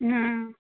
हाँ